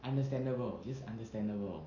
understandable just understandable